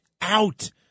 out